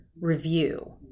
review